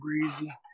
breezy